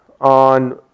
on